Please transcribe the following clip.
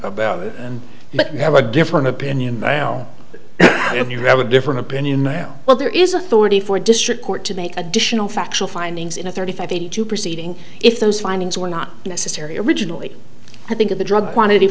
about it but we have a different opinion now if you have a different opinion now well there is authority for district court to make additional factual findings in a thirty five eighty two proceeding if those findings were not necessary originally i think of the drug quantity